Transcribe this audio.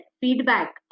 feedback